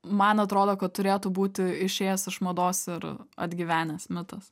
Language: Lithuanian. man atrodo kad turėtų būti išėjęs iš mados ir atgyvenęs mitas